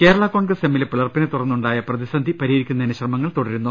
കേരളാ കോൺഗ്രസ് എമ്മിലെ പിളർപ്പിനെ തുടർന്നുണ്ടായ പ്രതിസന്ധി പരിഹരിക്കുന്നതിന് ശ്രമങ്ങൾ തുടരുന്നു